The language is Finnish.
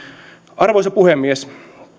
arvoisa puhemies